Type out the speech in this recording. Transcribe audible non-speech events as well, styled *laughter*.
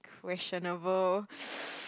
questionable *breath*